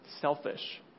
selfish